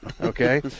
okay